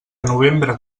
novembre